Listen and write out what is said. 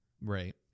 right